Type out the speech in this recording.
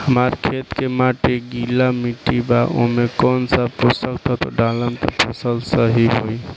हमार खेत के माटी गीली मिट्टी बा ओमे कौन सा पोशक तत्व डालम त फसल सही होई?